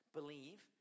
Believe